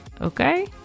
okay